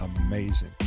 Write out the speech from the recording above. Amazing